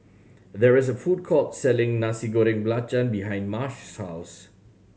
there is a food court selling Nasi Goreng Belacan behind Marsh's house